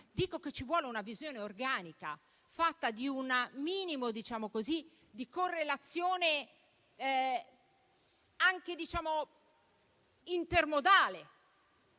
dico che ci vuole una visione organica, fatta di un minimo di correlazione anche intermodale,